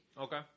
Okay